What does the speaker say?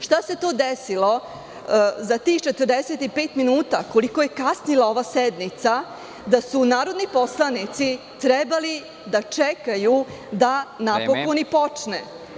Šta se desilo za tih 45 minuta, koliko je kasnila ova sednica, da su narodni poslanici trebali da čekaju da napokon počne?